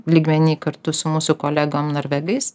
lygmeny kartu su mūsų kolegom norvegais